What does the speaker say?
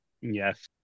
Yes